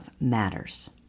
matters